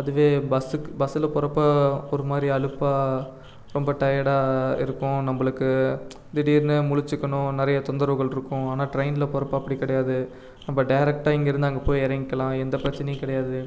அதுவே பஸ்ஸுக்கு பஸ்ஸில் போகிறப்ப ஒரு மாதிரி அலுப்பாக ரொம்ப டயர்டாக இருக்கும் நம்மளுக்கு திடீர்னு முழிச்சுக்கணும் நிறைய தொந்தரவுகள் இருக்கும் ஆனால் ட்ரெயினில் போகிறப்ப அப்படி கிடையாது நம்ம டைரெக்ட்டா இங்கே இருந்து அங்கே போய் இறங்கிக்கலாம் எந்த பிரச்சனையும் கிடையாது